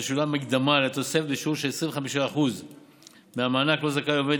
תשולם מקדמה על התוספת בשיעור 25% מהמענק שלו זכאי עובד